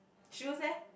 shoes eh